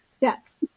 Yes